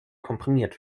komprimiert